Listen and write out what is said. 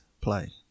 play